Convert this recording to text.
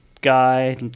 Guy